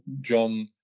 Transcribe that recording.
John